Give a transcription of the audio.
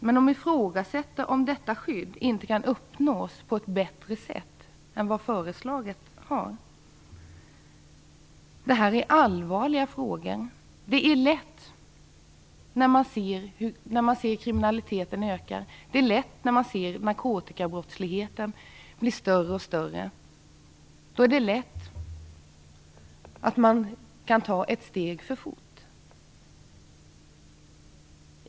Men de ifrågasätter om detta skydd inte kan uppnås på ett bättre sätt än det som har föreslagits. Detta är allvarliga frågor. Det är lätt att ta ett steg för fort när man ser hur kriminaliteten ökar och när man ser hur narkotikabrottsligheten blir allt större.